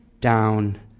down